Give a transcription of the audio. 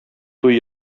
туй